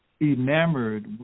enamored